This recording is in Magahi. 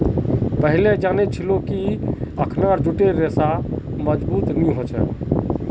पहिलेल जानिह छिले अखना जूटेर रेशा मजबूत नी ह छेक